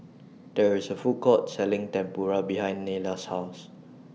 There IS A Food Court Selling Tempura behind Nella's House